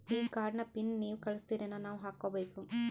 ಈ ಕಾರ್ಡ್ ನ ಪಿನ್ ನೀವ ಕಳಸ್ತಿರೇನ ನಾವಾ ಹಾಕ್ಕೊ ಬೇಕು?